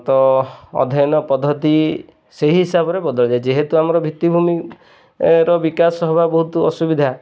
ତ ଅଧ୍ୟୟନ ପଦ୍ଧତି ସେହି ହିସାବରେ ବଦଳିଯାଏ ଯେହେତୁ ଆମର ଭିତ୍ତିଭୂମିର ବିକାଶ ହବା ବହୁତ ଅସୁବିଧା